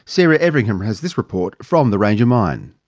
sara everingham has this report from the ranger mine.